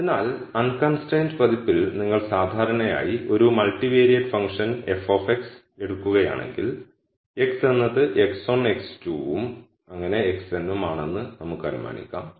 അതിനാൽ അൺകൺസ്ട്രൈൻഡ് പതിപ്പിൽ നിങ്ങൾ സാധാരണയായി ഒരു മൾട്ടിവാരിയേറ്റ് ഫംഗ്ഷൻ f എടുക്കുകയാണെങ്കിൽ x എന്നത് x1 x2 ഉം xn ഉം ആണെന്ന് നമുക്ക് അനുമാനിക്കാം